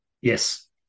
Yes